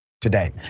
today